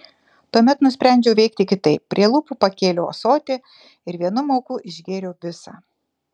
tuomet nusprendžiau veikti kitaip prie lūpų pakėliau ąsotį ir vienu mauku išgėriau visą